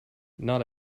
not